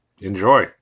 enjoy